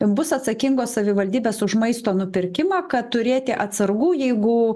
bus atsakingos savivaldybės už maisto nupirkimą kad turėti atsargų jeigu